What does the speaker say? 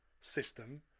system